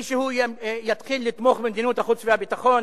מישהו יתחיל לתמוך במדיניות החוץ והביטחון?